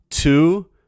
Two